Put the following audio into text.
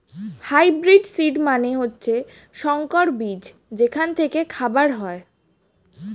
hybrid seed মানে হচ্ছে সংকর বীজ যেখান থেকে খাবার হয়